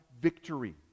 victory